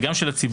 וגם של הציבור,